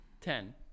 Ten